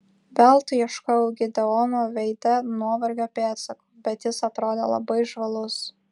veltui ieškojau gideono veide nuovargio pėdsakų bet jis atrodė labai žvalus